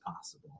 possible